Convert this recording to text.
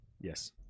Yes